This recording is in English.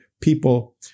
people